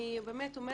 אני באמת אומרת,